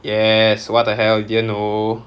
yes what the hell you didn't know